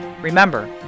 Remember